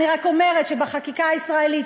אני רק אומרת שבחקיקה הישראלית,